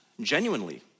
genuinely